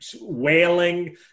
wailing